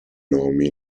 nomi